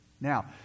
Now